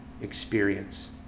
experience